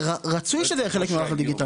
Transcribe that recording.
רצוי שזה יהיה חלק ממערך הדיגיטל.